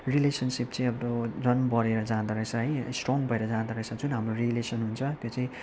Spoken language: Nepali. रिलेसनसिप चाहिँ हाम्रो झन् बढेर जाँदो रहेछ है स्ट्रङ भएर जाँदो रहेछ जुन हाम्रो रिलेसन हुन्छ त्यो चाहिँ